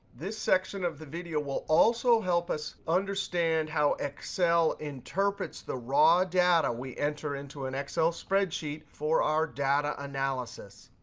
this section of the video will also help us understand how excel interprets the raw data we enter into an excel spreadsheet for our data analysis.